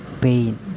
pain